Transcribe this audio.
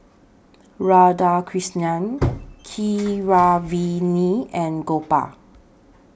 Radhakrishnan Keeravani and Gopal